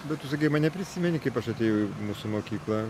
bet tu sakei mane prisimeni kaip aš atėjau į mūsų mokyklą